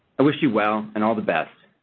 i wish you well and all the best.